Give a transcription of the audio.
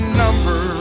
number